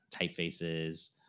typefaces